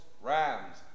rams